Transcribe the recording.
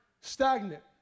stagnant